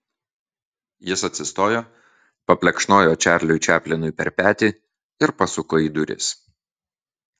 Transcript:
jis atsistojo paplekšnojo čarliui čaplinui per petį ir pasuko į duris